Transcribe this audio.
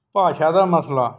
ਭਾਸ਼ਾ ਦਾ ਮਸਲਾ